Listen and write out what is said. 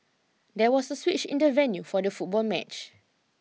there was a switch in the venue for the football match